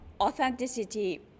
Authenticity